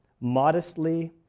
modestly